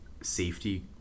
safety